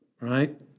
right